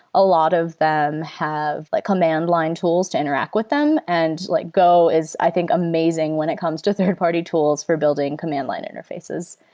a lot of them have like command line tools to interact with them, and like go is i think amazing when it comes to third-party tools for building command line interfaces.